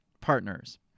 partners